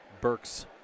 Burks